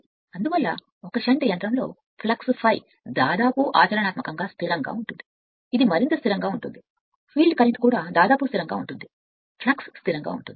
అందువల్ల ఒక షంట్ యంత్రంలో ఫ్లక్స్ ఎక్కువ లేదా తక్కువ ఆచరణాత్మకంగా స్థిరంగా ఉంటుంది ఇది మరింత కటినమైన స్థిరాంకం మనం కూడా క్షేత్ర కరెంట్ ని దాదాపు స్థిరాంకంగా చూశాము కాబట్టి ఫ్లక్స్ స్థిరాంకం కాబట్టి ఫ్లక్స్ స్థిరంగా ఉంటుంది